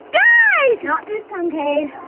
guys! not this time, kade.